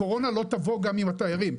הקורונה לא תבוא גם עם התיירים,